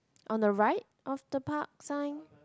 on the right of the park sign